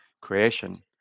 creation